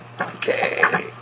Okay